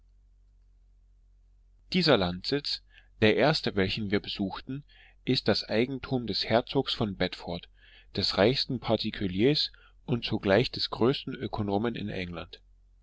dieser landsitz der erste welchen wir besuchten ist das eigentum des herzogs von bedford des reichsten particuliers und zugleich des größten ökonomen in england